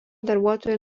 darbuotojų